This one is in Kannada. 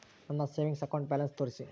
ನನ್ನ ಸೇವಿಂಗ್ಸ್ ಅಕೌಂಟ್ ಬ್ಯಾಲೆನ್ಸ್ ತೋರಿಸಿ?